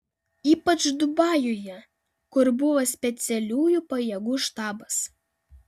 ypač dubajuje kur buvo specialiųjų pajėgų štabas